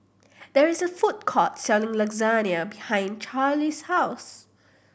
there is a food court selling Lasagna behind Charly's house